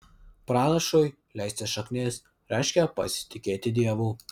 pranašui leisti šaknis reiškia pasitikėti dievu